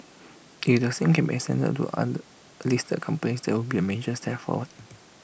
if the same can be extended to the other listed companies that would be A major step forward